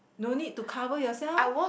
no need to cover yourself